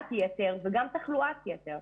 הפחדת יתר וגם תחלואת יתר.